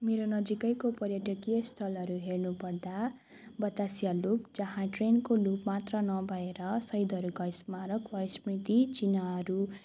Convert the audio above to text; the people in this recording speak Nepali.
मेरो नजिकैको पर्यटकीय स्थलहरू हेर्नुपर्दा बतासिया लुप जहाँ ट्रेनको लुप मात्र नभएर सहिदहरूको स्मारक वा स्मृति चिन्हहरू